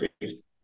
faith